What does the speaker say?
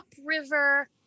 upriver